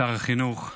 שר החינוך,